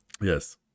Yes